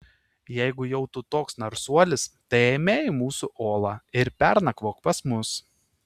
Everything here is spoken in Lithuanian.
jeigu jau tu toks narsuolis tai eime į mūsų olą ir pernakvok pas mus